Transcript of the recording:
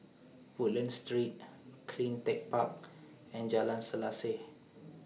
Woodlands Street CleanTech Park and Jalan Selaseh